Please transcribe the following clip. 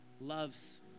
loves